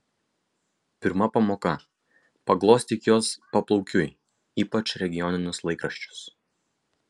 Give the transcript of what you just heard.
pirma pamoka paglostyk juos paplaukiui ypač regioninius laikraščius